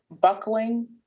buckling